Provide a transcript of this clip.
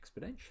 exponentially